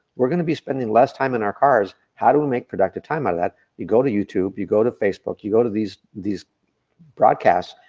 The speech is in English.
we're gonna be spending less time in our cars. how do we make productive time out of that? you go to youtube, you go to facebook. you go to these these broadcasts,